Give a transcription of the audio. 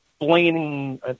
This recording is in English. explaining